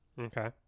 Okay